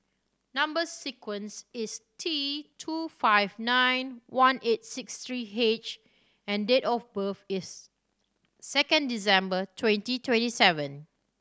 number sequence is T two five nine one eight six three H and date of birth is second December twenty twenty seven